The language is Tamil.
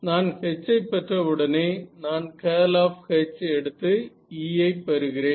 நான் H ஐ பெற்ற உடனே நான் கர்ல் ஆஃப் H எடுத்து E ஐ பெறுகிறேன்